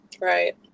Right